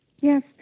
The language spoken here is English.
Yes